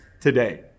today